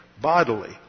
bodily